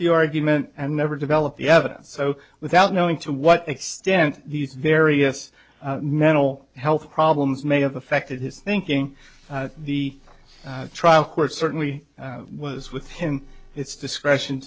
the argument and never developed the evidence so without knowing to what extent these various mental health problems may have affected his thinking the trial court certainly was with him its discretion